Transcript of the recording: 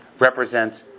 represents